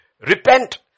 Repent